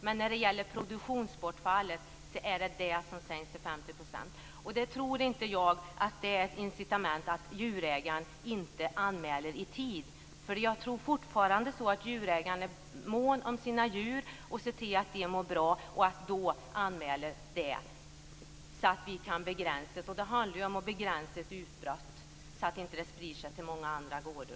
Men när det gäller produktionsbortfallet sänks ersättningen till 50 %. Det tror inte jag är ett incitament för att djurägaren inte gör anmälan i tid. Jag tror fortfarande att djurägaren är mån om sina djur och ser till att de mår bra och att djurägaren gör sin anmälan så att vi kan begränsa ett utbrott. Det handlar om att begränsa ett utbrott så att det inte sprider sig även till många andra gårdar.